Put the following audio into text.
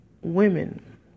women